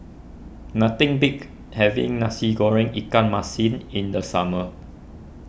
nothing beats having Nasi Goreng Ikan Masin in the summer